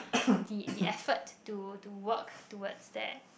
the the effort to to work towards that